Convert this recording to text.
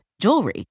jewelry